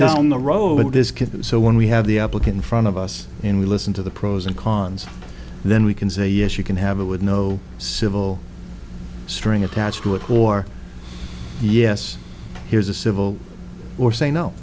down the road this can so when we have the applicant front of us and we listen to the pros and cons then we can say yes you can have it with no civil string attached to it or yes here's a civil or say no